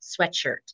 sweatshirt